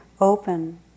open